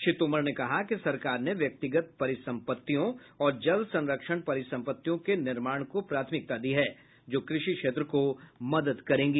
श्री तोमर ने कहा कि सरकार ने व्यक्तिगत परिसंपत्तियों और जल संरक्षण परिसंपत्तियों के निर्माण को प्राथमिकता दी है जो कृषि क्षेत्र को मदद करेगी